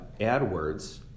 AdWords